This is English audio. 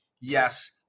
yes